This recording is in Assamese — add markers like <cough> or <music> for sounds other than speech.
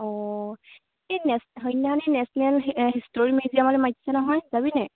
অঁ এই <unintelligible> নেশ্যনেল হিষ্টৰি মিউজিয়ামলে মাতিছে নহয় যাবি নাই